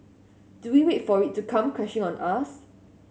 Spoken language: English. do we wait for it to come crashing on us